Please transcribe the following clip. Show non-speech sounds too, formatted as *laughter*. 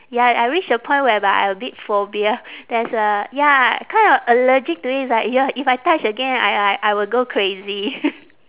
ya I reach the point whereby I a bit phobia there's a ya kind of allergic to it it's like !eeyer! if I touch again I I I will go crazy *laughs*